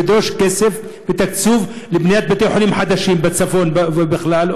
ולדרוש כסף ותקצוב לבניית בתי-חולים בצפון ובכלל,